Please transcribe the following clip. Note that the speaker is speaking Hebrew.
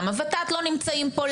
למה ות"ת לא נמצאים פה?